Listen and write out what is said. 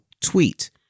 tweet